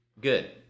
good